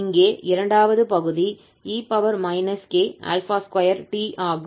இங்கே இரண்டாவது பகுதி e k2t ஆகும்